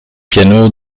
piano